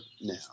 now